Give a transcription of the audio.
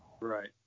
right